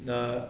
the